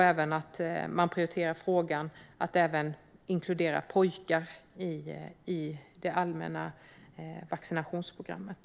Man bör också prioritera att även inkludera pojkar i det allmänna vaccinationsprogrammet.